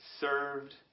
served